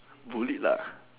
bullied lah